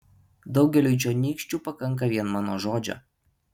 daugeliui čionykščių pakanka vien mano žodžio